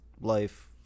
life